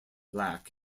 black